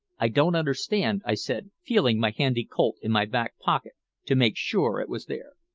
i don't understand, i said, feeling my handy colt in my back pocket to make sure it was there.